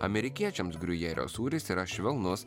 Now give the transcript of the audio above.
amerikiečiams griujerio sūris yra švelnus